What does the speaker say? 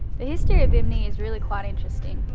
the history of bimini is really quite interesting.